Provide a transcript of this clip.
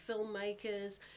filmmakers